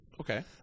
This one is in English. Okay